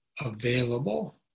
available